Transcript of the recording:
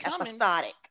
episodic